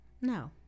No